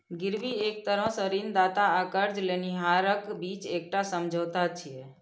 गिरवी एक तरह सं ऋणदाता आ कर्ज लेनिहारक बीच एकटा समझौता छियै